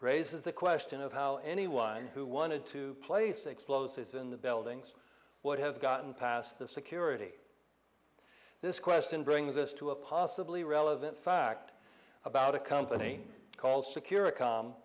raises the question of how anyone who wanted to place explosives in the buildings would have gotten past the security this question brings us to a possibly relevant fact about a company called securacom